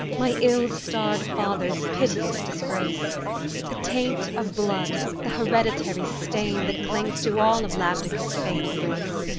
my ill-starred father's piteous disgrace the taint of blood, the hereditary stain, that clings to all of labdacus' famed race.